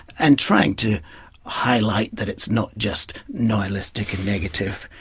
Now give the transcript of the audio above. and trying to highlight that it's not just nihilistic and negative,